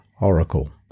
Oracle